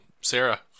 sarah